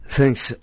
Thanks